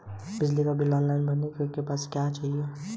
बिजली का bill online भरने से तुम्हारे पास भी एक रिकॉर्ड रहता है